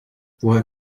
woher